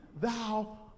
thou